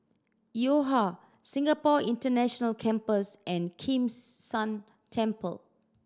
Yo Ha Singapore International Campus and Kims San Temple